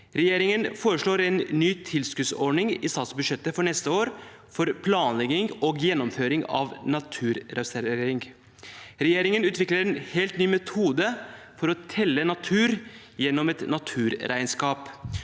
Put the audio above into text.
Regjeringen foreslår en ny tilskuddsordning i statsbudsjettet for neste år for planlegging og gjennomføring av naturrestaurering. Regjeringen utvikler en helt ny metode for å telle natur gjennom et naturregnskap.